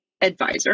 advisor